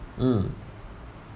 mm